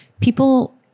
people